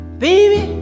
baby